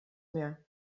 mehr